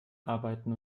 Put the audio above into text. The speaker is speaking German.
arbeiten